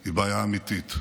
היא בעיה אמיתית.